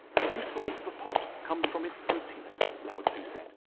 the usefulness of a pot comes from its emptiness. lao tzu said.